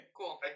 cool